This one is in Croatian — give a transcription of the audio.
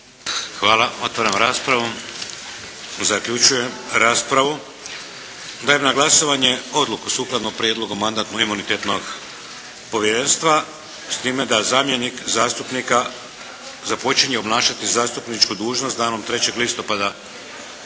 Hvala. Otvaram raspravu. Zaključujem raspravu. Dajem na glasovanje odluku sukladno prijedlogu Mandatno-imunitetnog povjerenstva, s time da zamjenik zastupnika započinje obnašati zastupničku dužnost s danom 3. listopada